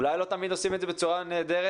אולי לא תמיד עושים את זה בצורה נהדרת